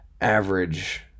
average